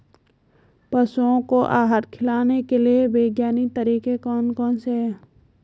पशुओं को आहार खिलाने के लिए वैज्ञानिक तरीके कौन कौन से हैं?